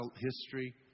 history